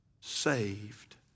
saved